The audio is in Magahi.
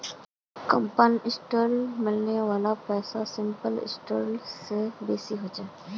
कंपाउंड इंटरेस्टत मिलने वाला पैसा सिंपल इंटरेस्ट स बेसी ह छेक